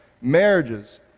marriages